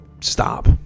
stop